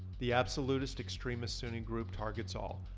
the absolutist extremist sunni group targets all,